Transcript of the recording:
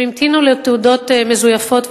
הם המתינו לתעודות מזויפות,